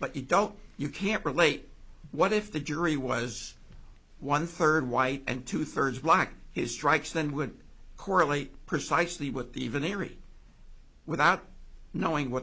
but you don't you can't relate what if the jury was one third white and two thirds black his strikes then would correlate precisely with the even every without knowing what